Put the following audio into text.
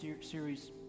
series